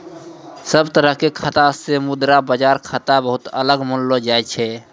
सब तरह के खाता से मुद्रा बाजार खाता बहुते अलग मानलो जाय छै